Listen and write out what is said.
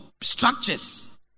structures